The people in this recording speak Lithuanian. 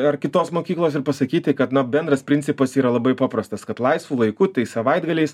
ar kitos mokyklos ir pasakyti kad na bendras principas yra labai paprastas kad laisvu laiku tai savaitgaliais